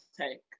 take